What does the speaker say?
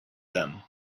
them